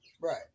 Right